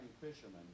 fishermen